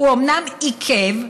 הוא אומנם עיכב,